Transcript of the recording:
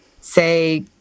say